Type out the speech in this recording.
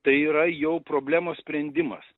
tai yra jau problemos sprendimas